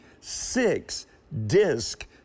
six-disc